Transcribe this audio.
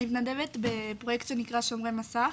אני מתנדבת בפרויקט שנקרא "שומרי מסך",